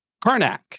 Karnak